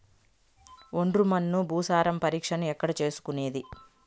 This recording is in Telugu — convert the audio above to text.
ఒండ్రు మన్ను భూసారం పరీక్షను ఎక్కడ చేసుకునేది?